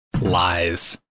Lies